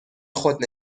خود